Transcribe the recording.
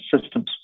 systems